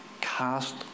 Cast